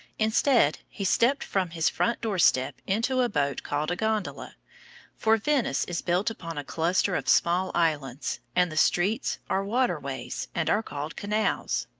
instead, he stepped from his front doorstep into a boat called a gondola for venice is built upon a cluster of small islands, and the streets are water ways and are called canals.